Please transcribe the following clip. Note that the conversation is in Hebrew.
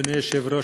אדוני היושב-ראש,